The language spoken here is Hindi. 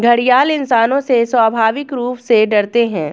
घड़ियाल इंसानों से स्वाभाविक रूप से डरते है